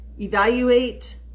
evaluate